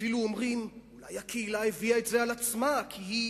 אפילו אומרים: אולי הקהילה הביאה את זה על עצמה כי היא